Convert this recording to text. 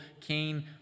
Cain